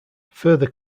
further